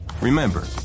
Remember